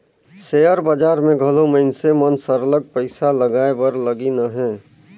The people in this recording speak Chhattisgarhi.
सेयर बजार में घलो मइनसे मन सरलग पइसा लगाए बर लगिन अहें